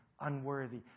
unworthy